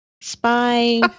Spy